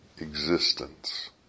existence